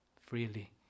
freely